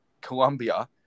Colombia